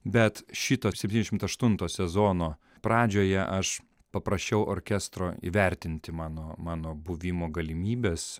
bet šito septyniašimt aštunto sezono pradžioje aš paprašiau orkestro įvertinti mano mano buvimo galimybes